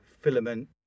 filament